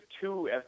two